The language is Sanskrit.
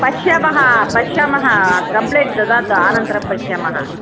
पश्यामः पश्यामः कम्प्लेण्ट् ददातु अनन्तरं पश्यामः